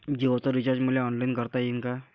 जीओच रिचार्ज मले ऑनलाईन करता येईन का?